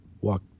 walk